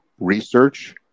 research